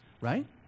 Right